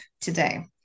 today